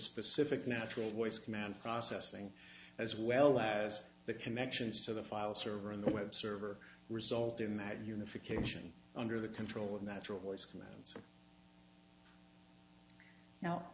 specific natural voice command processing as well as the connections to the file server on the web server result in that unification under the control of that choice commands now